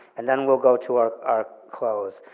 and then we'll go to our our close.